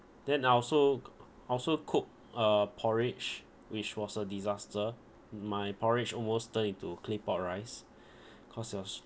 then I also c~ I also cook uh porridge which was a disaster my porridge almost turn into claypot rice cause it was